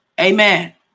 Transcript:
Amen